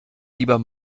lieber